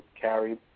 carried